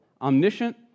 Omniscient